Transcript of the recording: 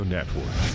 Network